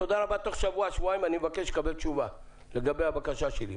תודה רבה ותוך שבוע-שבועיים אני מבקש לקבל תשובה לגבי הבקשה שלי.